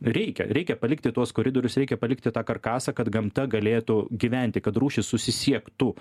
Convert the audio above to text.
reikia reikia palikti tuos koridorius reikia palikti tą karkasą kad gamta galėtų gyventi kad rūšys susisiektų